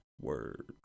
Word